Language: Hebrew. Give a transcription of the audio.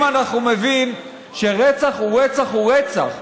אם אנחנו נבין שרצח הוא רצח הוא רצח,